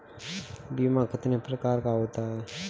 बीमा कितने प्रकार का होता है?